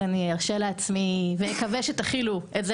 אז אני ארשה לעצמי ואקווה שתכילו את זה